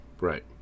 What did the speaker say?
Right